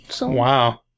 Wow